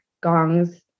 gongs